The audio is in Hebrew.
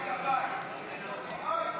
איזה